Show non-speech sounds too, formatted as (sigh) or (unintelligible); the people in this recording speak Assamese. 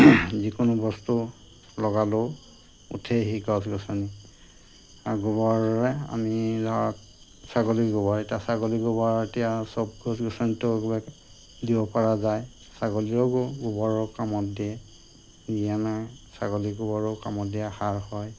যিকোনো বস্তু লগালেও উঠে সি গছ গছনি গোবৰেৰে আমি ধৰক ছাগলী গোবৰ এতিয়া ছাগলী গোবৰ এতিয়া সব গছ গছনিটো (unintelligible) দিব পৰা যায় ছাগলীও গোবৰৰ কামত দিয়ে দিয়া নাই ছাগলী গোবৰো কামত দিয়ে সাৰ হয়